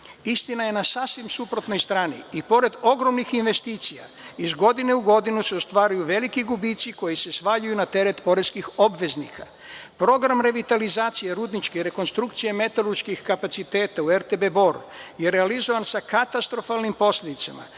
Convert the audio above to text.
je na sasvim suprotnoj strani i pored ogromnih investicija, iz godine u godinu se ostvaruju veliki gubici koji se svaljuju na teret poreskih obveznika. Program revitalizacije rudničke rekonstrukcije metalurških kapaciteta u RTB Bor, je realizovan sa katastrofalnim posledicama.